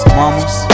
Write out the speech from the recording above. mamas